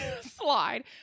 slide